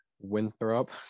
Winthrop